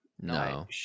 No